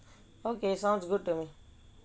okay sounds good to me